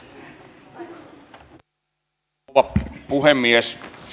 arvoisa rouva puhemies